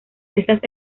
estas